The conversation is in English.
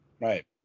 Right